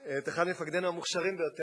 את אחד ממפקדינו המוכשרים ביותר,